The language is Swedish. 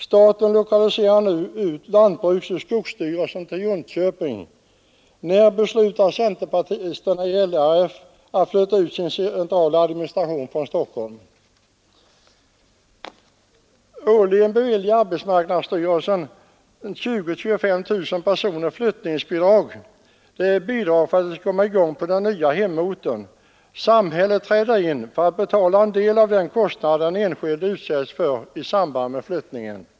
Staten lokaliserar nu ut lantbruksoch skogsstyrelserna till Jönköping. När beslutar centerpartisterna i LRF att flytta ut sin centrala administration från Stockholm? Årligen beviljar AMS 20 000—25 000 personer flyttningsbidrag för att de skall komma i gång på den nya hemorten. Samhället träder alltså in för att betala en del av den kostnad den enskilde drabbas av i samband med en flyttning.